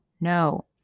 no